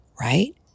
Right